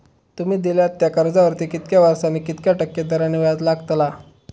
तुमि दिल्यात त्या कर्जावरती कितक्या वर्सानी कितक्या टक्के दराने व्याज लागतला?